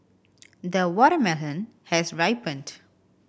the watermelon has ripened